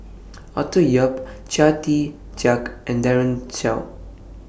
Arthur Yap Chia Tee Chiak and Daren Shiau